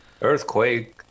Earthquake